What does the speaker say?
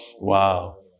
Wow